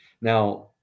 Now